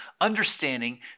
understanding